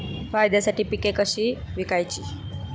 फायद्यासाठी पिके कशी विकायची?